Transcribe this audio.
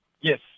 Yes